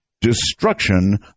destruction